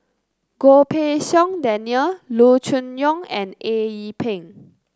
Goh Pei Siong Daniel Loo Choon Yong and Eng Yee Peng